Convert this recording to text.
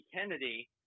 Kennedy